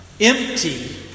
empty